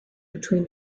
between